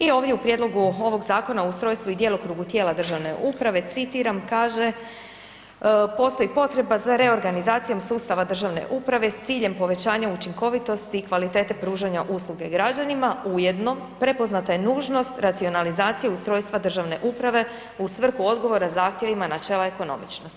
I ovdje u prijedlogu ovog Zakona o ustrojstvu i djelokrugu tijela državne uprave citiram kaže postoji potreba za reorganizacijom sustava državne uprave s ciljem povećanja učinkovitosti i kvalitete pružanja usluge građanima, ujedno prepoznata je nužnost racionalizacije ustrojstva državne uprave u svrhu odgovora zahtjevima načela ekonomičnosti.